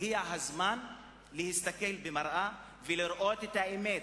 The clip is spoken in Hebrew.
הגיע הזמן להסתכל במראה ולראות את האמת,